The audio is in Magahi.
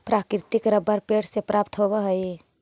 प्राकृतिक रबर पेड़ से प्राप्त होवऽ हइ